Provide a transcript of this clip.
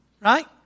right